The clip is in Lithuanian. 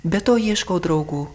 be to ieškau draugų